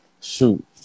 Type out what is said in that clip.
Shoot